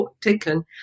taken